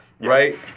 Right